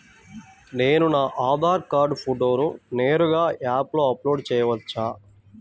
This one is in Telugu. నేను నా ఆధార్ కార్డ్ ఫోటోను నేరుగా యాప్లో అప్లోడ్ చేయవచ్చా?